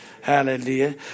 Hallelujah